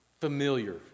familiar